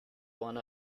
one